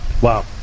wow